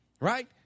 right